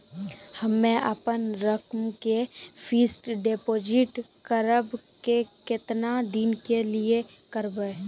हम्मे अपन रकम के फिक्स्ड डिपोजिट करबऽ केतना दिन के लिए करबऽ?